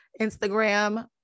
Instagram